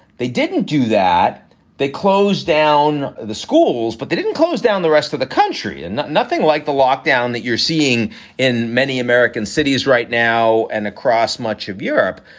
they didn't do that they closed down the schools, but they didn't closed down the rest of the country. and nothing like the lockdown that you're seeing in many american cities right now and across much of europe.